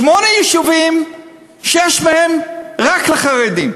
שמונה יישובים, שישה מהם רק לחרדים,